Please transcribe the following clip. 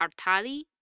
Artali